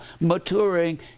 maturing